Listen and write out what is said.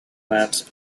mats